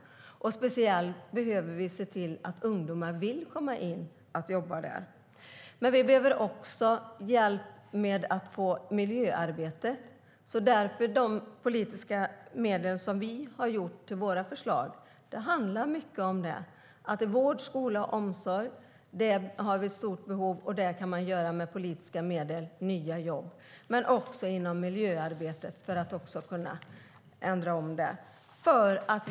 Speciellt behöver vi tänka på att ungdomar vill komma in och jobba där. Vi behöver också hjälp med miljöarbete. De politiska medel som vi har kommit med i våra förslag handlar mycket om det. Det gäller vård, skola och omsorg, där vi har stora behov och där man kan göra nya jobb med politiska medel, men det handlar också om miljöarbetet, för att kunna göra ändringar där.